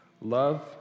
Love